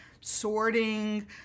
sorting